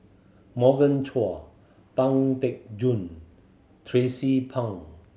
Morgan Chua Pang Teck Joon Tracie Pang